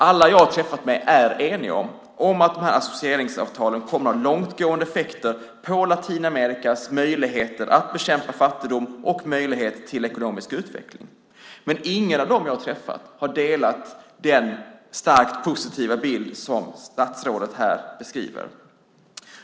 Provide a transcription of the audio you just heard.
Alla jag har träffat är eniga om att associeringsavtalen kommer att ha långtgående effekter på Latinamerikas möjligheter att bekämpa fattigdom och möjlighet till ekonomisk möjlighet. Ingen av dem jag har träffat har delat den starkt positiva bild som statsrådet här beskriver.